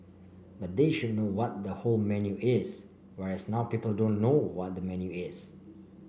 but they should know what the whole menu is whereas now people don't know what the menu is